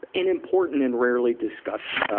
an important and rarely discussed,